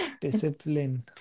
discipline